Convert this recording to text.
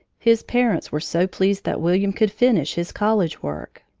his parents were so pleased that william could finish his college work,